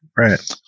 Right